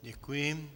Děkuji.